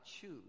choose